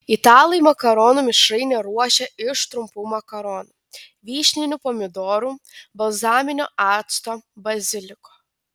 italai makaronų mišrainę ruošia iš trumpų makaronų vyšninių pomidorų balzaminio acto baziliko